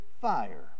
fire